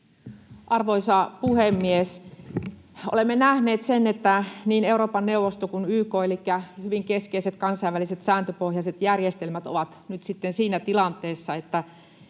Arvoisa puhemies! Olemme nähneet sen, että niin Euroopan neuvosto kuin YK, elikkä hyvin keskeiset kansainväliset sääntöpohjaiset järjestelmät, ovat nyt sitten siinä tilanteessa, että